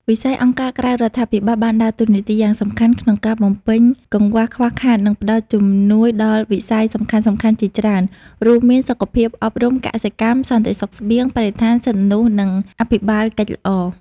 វិស័យអង្គការក្រៅរដ្ឋាភិបាលបានដើរតួនាទីយ៉ាងសំខាន់ក្នុងការបំពេញកង្វះខ្វះខាត និងផ្តល់ជំនួយដល់វិស័យសំខាន់ៗជាច្រើន រួមមាន សុខភាព អប់រំ កសិកម្ម សន្តិសុខស្បៀង បរិស្ថាន សិទ្ធិមនុស្ស និងអភិបាលកិច្ចល្អ។